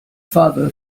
father